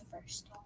first